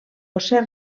josé